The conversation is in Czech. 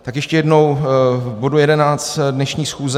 Tak ještě jednou k bodu 11 dnešní schůze.